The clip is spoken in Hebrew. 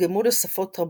תורגמו לשפות רבות,